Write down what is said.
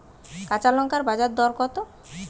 কাঁচা লঙ্কার বাজার দর কত?